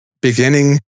beginning